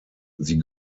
sie